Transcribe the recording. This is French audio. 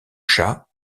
chats